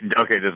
okay